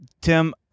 Tim